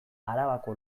arabako